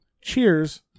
Cheers